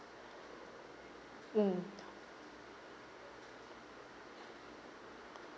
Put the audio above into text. mm